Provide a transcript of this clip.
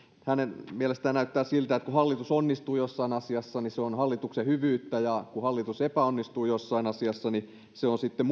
hänen mielestään näyttää siltä että kun hallitus onnistuu jossain asiassa niin se on hallituksen hyvyyttä ja kun hallitus epäonnistuu jossain asiassa niin se on sitten